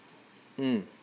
mm